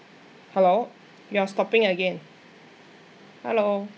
hello you're stopping again hello